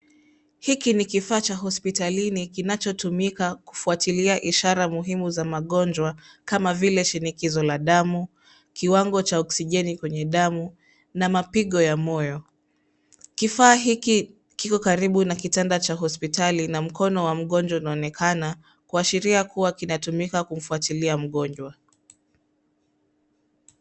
Hiki ni kifaa cha hospitalini kinachotumika kufuatilia ishara muhimu za magonjwa kama vile shinikizo la damu kiwango cha oksijeni kwenye damu na mapigo ya moyo, kifaa hiki kiko karibu na kitanda cha hospitali na mkono wa mgonjwa unaonekana kuashiria kuwa kinatumika kumfuatilia mgonjwa.